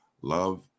Love